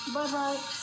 Bye-bye